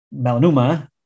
melanoma